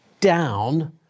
down